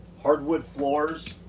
hardwood floors,